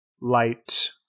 light